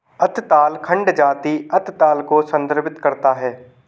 अत ताल खंड जाति अत ताल को संदर्भित करता है